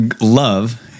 love